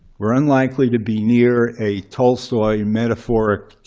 we're unlikely to be near a tolstoy metaphoric